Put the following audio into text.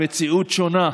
המציאות שונה.